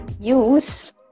use